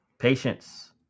patience